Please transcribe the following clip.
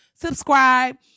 subscribe